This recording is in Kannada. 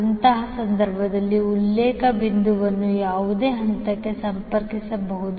ಅಂತಹ ಸಂದರ್ಭದಲ್ಲಿ ಉಲ್ಲೇಖ ಬಿಂದುವನ್ನು ಯಾವುದೇ ಹಂತಕ್ಕೆ ಸಂಪರ್ಕಿಸಬಹುದು